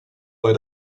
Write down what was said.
bei